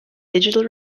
digital